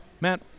Matt